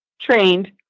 trained